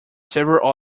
several